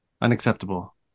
Unacceptable